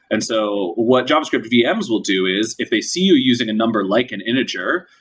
and so what javascript vm's will do is if they see you using a number like an integer,